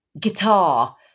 guitar